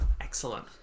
Excellent